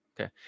Okay